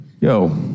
yo